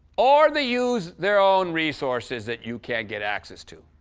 or they use their own resources that you can't get access to.